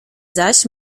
zaś